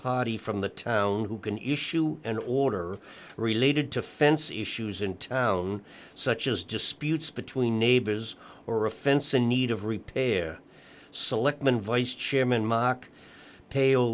party from the town who can issue an order related to fence issues in town such as disputes between neighbors or a fence in need of repair selectman vice chairman mock